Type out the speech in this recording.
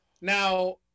Now